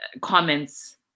comments